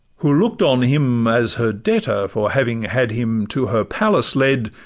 who look'd on him as her debtor for having had him to her palace led,